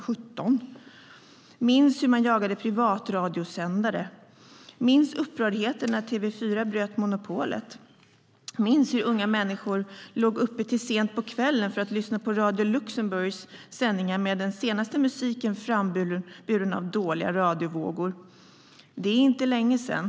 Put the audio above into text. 17. Minns hur man jagade privatradiosändare. Minns upprördheten när TV4 bröt monopolet. Minns hur unga människor låg uppe till sent på kvällen för att lyssna på radio Luxemburgs sändningar med den senaste musiken framburen av dåliga radiovågor. Det är inte länge sedan.